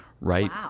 right